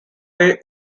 bay